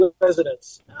residents